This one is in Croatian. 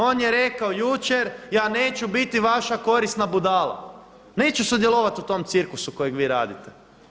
On je rekao jučer, ja neću biti vaša korisna budala, neću sudjelovat u tom cirkusu kojeg vi radite.